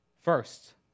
First